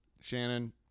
Shannon